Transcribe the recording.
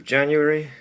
January